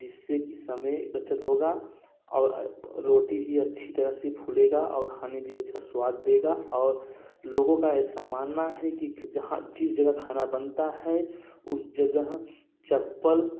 जिससे की समय बचत होगा और रोटी भी अच्छी तरह से फूलेगा और खाने भी अच्छा स्वाद देगा और लोगों का ऐसा मानना है कि जहाँ जिस जगह खाना बनता है उस जगह चप्पल